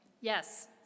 Yes